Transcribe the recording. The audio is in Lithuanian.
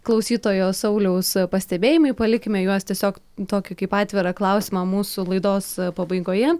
klausytojo sauliaus pastebėjimai palikime juos tiesiog tokį kaip atvirą klausimą mūsų laidos pabaigoje